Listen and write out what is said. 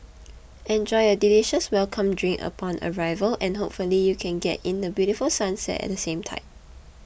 enjoy a delicious welcome drink upon arrival and hopefully you can get in the beautiful sunset at the same time